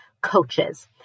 coaches